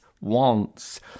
wants